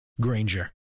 Granger